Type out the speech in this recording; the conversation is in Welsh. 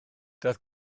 daeth